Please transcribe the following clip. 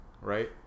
right